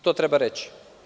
To treba reći.